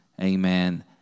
Amen